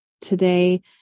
today